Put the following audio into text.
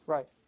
Right